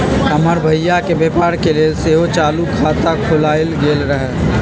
हमर भइया के व्यापार के लेल सेहो चालू खता खोलायल गेल रहइ